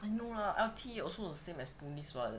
I don't know lah L_T_A also same as police [what]